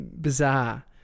bizarre